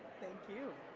thank you